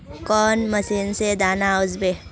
कौन मशीन से दाना ओसबे?